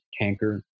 tanker